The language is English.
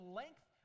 length